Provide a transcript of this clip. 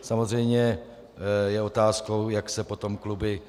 Samozřejmě je otázkou, jak se potom kluby